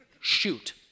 shoot